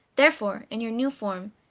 therefore, in your new form,